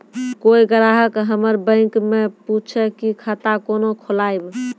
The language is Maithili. कोय ग्राहक हमर बैक मैं पुछे की खाता कोना खोलायब?